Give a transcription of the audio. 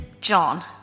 John